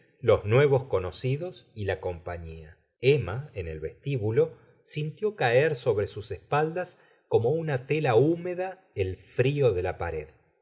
los nuevos conocidos y la compañía emma en el vestíbulo sintió caer sobre sus espaldas como una tela húmeda el frío de la pared